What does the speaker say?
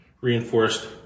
reinforced